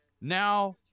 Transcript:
now